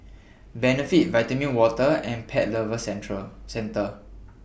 Benefit Vitamin Water and Pet Lovers Centre